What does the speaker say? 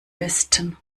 besten